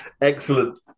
Excellent